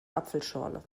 apfelschorle